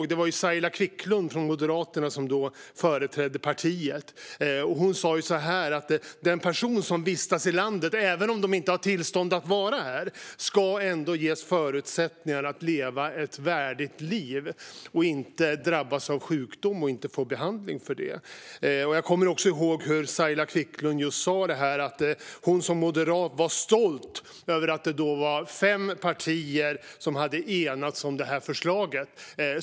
Det var Saila Quicklund från Moderaterna som då företrädde partiet, och jag kommer så väl ihåg att hon sa att de personer som vistas i landet, även om de inte har tillstånd att vara här, ändå ska ges förutsättningar att leva ett värdigt liv och inte stå utan behandling om de drabbas av sjukdom. Jag kommer också ihåg hur Saila Quicklund sa att hon som moderat var stolt över att det då var fem partier som hade enats om det här förslaget.